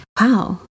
wow